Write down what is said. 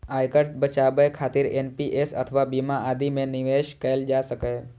आयकर बचाबै खातिर एन.पी.एस अथवा बीमा आदि मे निवेश कैल जा सकैए